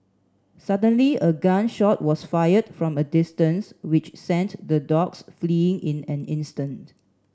suddenly a gun shot was fired from a distance which sent the dogs fleeing in an instant